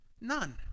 None